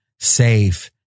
Safe